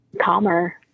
calmer